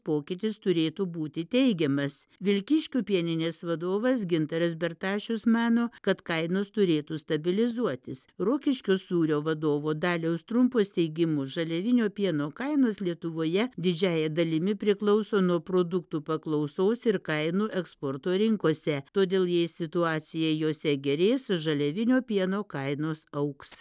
pokytis turėtų būti teigiamas vilkyškių pieninės vadovas gintaras bertašius mano kad kainos turėtų stabilizuotis rokiškio sūrio vadovo daliaus trumpos teigimu žaliavinio pieno kainos lietuvoje didžiąja dalimi priklauso nuo produktų paklausos ir kainų eksporto rinkose todėl jei situacija jose gerės žaliavinio pieno kainos augs